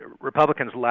Republicans